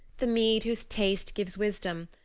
the mead whose taste gives wisdom,